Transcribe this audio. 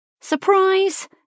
Surprise